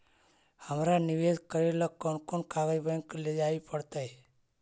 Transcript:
हमरा निवेश करे ल कोन कोन कागज बैक लेजाइ पड़तै?